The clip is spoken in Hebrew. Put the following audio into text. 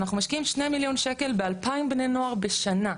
אנחנו משקיעים 2 מיליון שקל ב-2000 בני נוער בשנה.